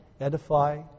edify